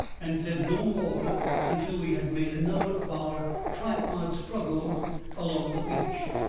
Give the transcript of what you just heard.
and said no more until we had made another of our tripod struggles along the beach.